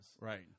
Right